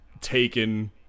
taken